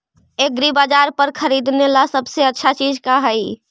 एग्रीबाजार पर खरीदने ला सबसे अच्छा चीज का हई?